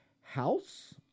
house